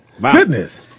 goodness